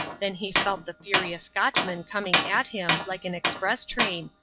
then he felt the furious scotchman coming at him like an express train,